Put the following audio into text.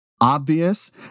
obvious